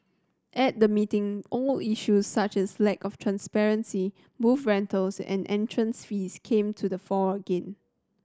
at the meeting old issues such as lack of transparency booth rentals and entrance fees came to the fore again